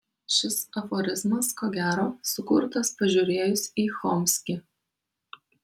šis aforizmas ko gero sukurtas pažiūrėjus į chomskį